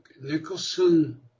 Nicholson